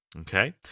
Okay